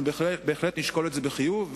אנחנו בהחלט נשקול את זה בחיוב,